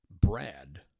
Brad